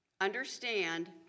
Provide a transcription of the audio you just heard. Understand